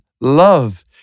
love